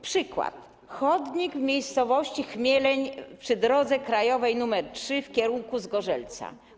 Przykład - chodnik w miejscowości Chmieleń przy drodze krajowej nr 3 w kierunku Zgorzelca.